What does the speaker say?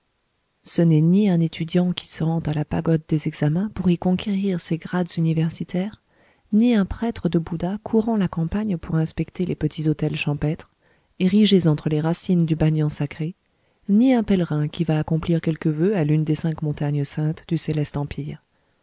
ce n'est ni un étudiant qui se rend à la pagode des examens pour y conquérir ses grades universitaires ni un prêtre de bouddha courant la campagne pour inspecter les petits autels champêtres érigés entre les racines du banyan sacré ni un pèlerin qui va accomplir quelque voeu à l'une des cinq montagnes saintes du céleste empire